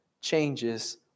changes